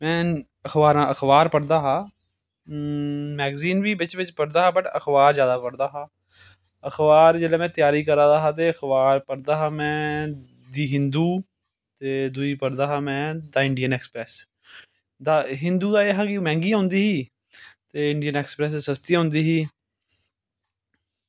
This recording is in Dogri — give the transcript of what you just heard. में अखबार पढ़दा हा मैगज़ीन बी बिच बिच पढ़दा हा वट अखबार जादै पढ़दा हा अखबार जेल्लै में त्यारकी करा दा हा ते अखबार पढ़दा हा में द हिंदु ते दूई पढ़दा हा में the Indian Express the Hindu जेह्की मैहंगी औंदी ही ते इंडियन एक्सप्रैस सस्ती औंदी ही